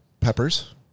peppers